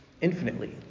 infinitely